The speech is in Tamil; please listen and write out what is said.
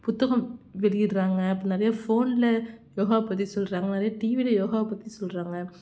புத்தகம் வெளியிடுறாங்க அப்புறம் நிறையா ஃபோனில் யோகாவை பற்றி சொல்கிறாங்க நிறைய டிவியில் யோகாவை பற்றி சொல்கிறாங்க